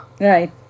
right